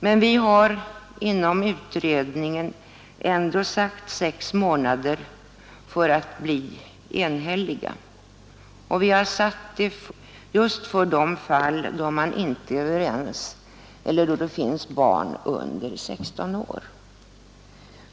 Men vi har inom utredningen ändå sagt sex månader för att bli enhälliga, och vi har gjort det just för de fall då man inte är överens eller då det finns barn under 16 år.